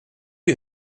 you